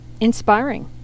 inspiring